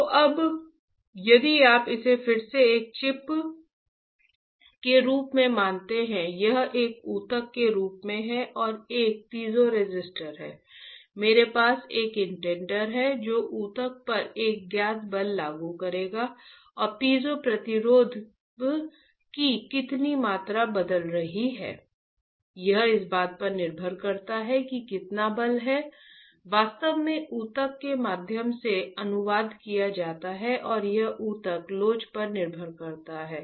तो अब यदि आप इसे फिर से एक चिप के रूप में मानते हैं यह एक ऊतक के रूप में है और एक पीज़ोरेसिस्टर है मेरे पास एक इंडेंटर है जो ऊतक पर एक ज्ञात बल लागू करेगा और पीजो प्रतिरोध की कितनी मात्रा बदल रही है यह इस बात पर निर्भर करता है कि कितना बल है वास्तव में ऊतक के माध्यम से अनुवाद किया जाता है और यह ऊतक लोच पर निर्भर करता है